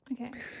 okay